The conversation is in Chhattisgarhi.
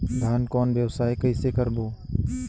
धान कौन व्यवसाय कइसे करबो?